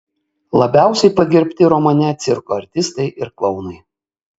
labiausiai pagerbti romane cirko artistai ir klounai